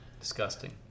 Disgusting